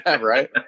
right